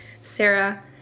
Sarah